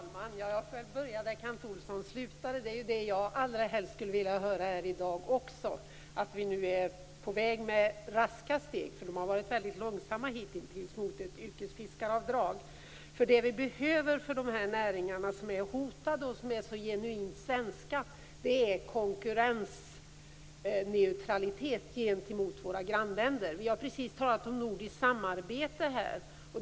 Herr talman! Jag börjar där Kent Olsson slutade. Jag skulle också allra helst vilja höra att vi är på väg med raska steg - de har hittills varit långsamma - mot ett yrkesfiskaravdrag. Dessa hotade och så genuint svenska näringar behöver konkurrensneutralitet gentemot våra grannländer. Vi har precis talat om nordiskt samarbete.